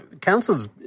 councils